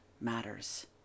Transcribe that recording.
matters